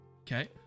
Okay